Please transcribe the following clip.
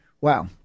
Wow